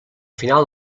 final